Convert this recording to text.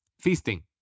feasting